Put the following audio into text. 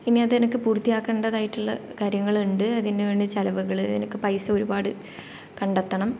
ഇനി അതെനിക്ക് പൂർത്തിയാക്കേണ്ടതായിട്ടുള്ള കാര്യങ്ങളുണ്ട് അതിന് വേണ്ടി ചിലവുകള് അതിനൊക്കെ പൈസ ഒരുപാട് കണ്ടെത്തണം